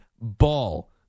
ball